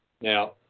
Now